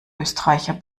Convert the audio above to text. österreicher